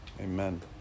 amen